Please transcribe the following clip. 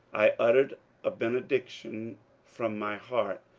i uttered a benediction from my heart,